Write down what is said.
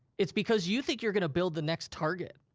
it's because you think you're gonna build the next target.